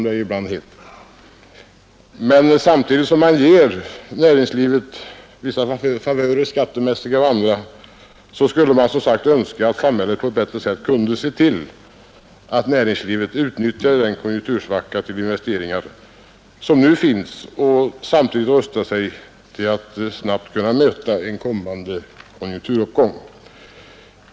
Men samtidigt som samhället ger näringslivet vissa favörer — skattemässiga och andra — vore det önskvärt att samhället på ett bättre sätt kunde se till att näringslivet utnyttjade konjunktursvackan till investeringar och därmed rustade sig för att snabbt kunna möta en kommande konjunkturuppgång.